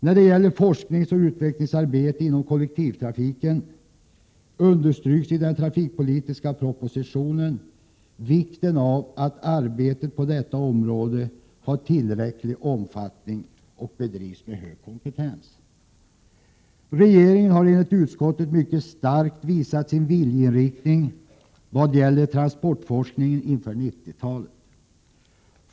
När det gäller forskningsoch utvecklingsarbetet inom kollektivtrafiken understryks i den trafikpolitiska propositionen vikten av att arbetet på detta område har tillräcklig omfattning och bedrivs med hög kompetens. Regeringen har enligt utskottet mycket starkt visat sin inriktning vad gäller transportforskningen inför 90-talet.